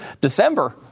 December